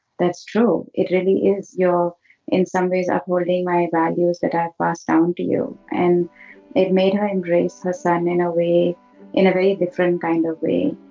that's true. it really is. your in some ways, upholding my bad is that i pass down to you. and it made her embraced her son in a way in a very different kind of way